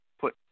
put